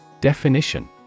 Definition